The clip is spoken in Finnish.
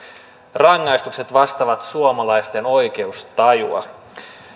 rangaistukset vastaavat suomalaisten oikeustajua